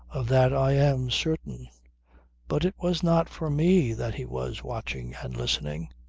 of that i am certain but it was not for me that he was watching and listening.